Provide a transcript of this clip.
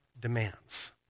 demands